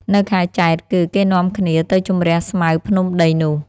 នៅខែចែត្រគឺ គេនាំគ្នាទៅជម្រះស្មៅភ្នំដីនោះ